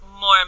more